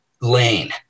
lane